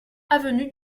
avenue